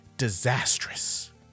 disastrous